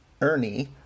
Ernie